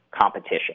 competition